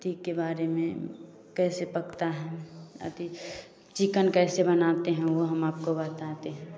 अथी के बारे में कैसे पकता है अथी चिकन कैसे बनाते हैं वह हम आपको बताते हैं